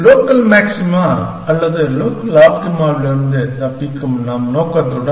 local maxima அல்லது local ஆப்டிமாவில் இருந்து தப்பிக்கும் நம் நோக்கத்துடன்